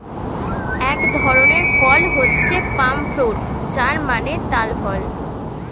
এক ধরনের ফল হচ্ছে পাম ফ্রুট যার মানে তাল ফল